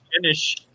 finish